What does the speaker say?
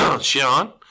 Sean